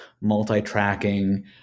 multi-tracking